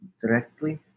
directly